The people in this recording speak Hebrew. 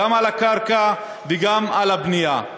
גם על הקרקע וגם על הבנייה.